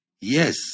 yes